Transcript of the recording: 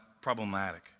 Problematic